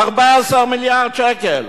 14 מיליארד שקלים.